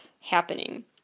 happening